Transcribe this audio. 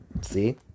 See